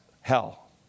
hell